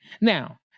now